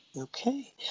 Okay